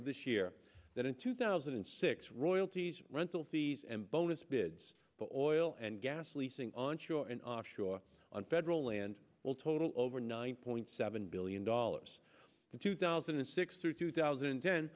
of this year that in two thousand and six royalties rental fees and bonus bids but oil and gas leasing on shore and offshore on federal land will total over nine point seven billion dollars in two thousand and six through two thousand